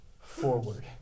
forward